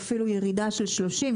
אפילו ירידה של 30%,